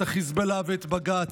את החיזבאללה ואת בג"ץ,